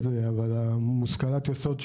לראשונה מושכלת היסוד,